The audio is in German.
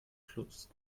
plus